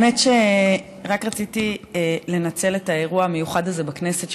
האמת היא שרק רציתי לנצל את האירוע המיוחד הזה בכנסת,